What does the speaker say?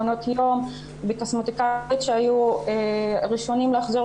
מעונות יום וקוסמטיקאיות שהיו הראשונים לחזור